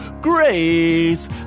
Grace